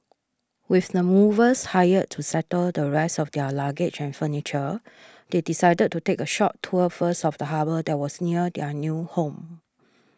with the movers hired to settle the rest of their luggage and furniture they decided to take a short tour first of the harbour that was near their new home